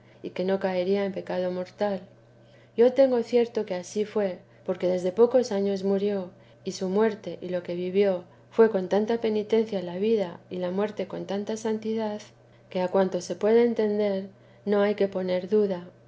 y que no caería en pecado mortal yo'tengo cierto que ansí fué porque desde a pocos años murió y su muerte y lo que vivió fué con tanta penitencia la vida y la muerte con tanta santidad que a cuanto se puede entender no hay que poner duda